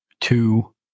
two